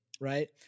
right